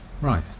Right